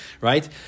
right